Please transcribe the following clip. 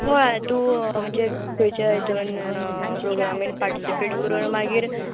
हय तूं म्हणजे तूं खंयच्या हितून प्रोग्रामीन पार्टिसीपेट करून मागीर